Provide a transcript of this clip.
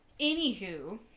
anywho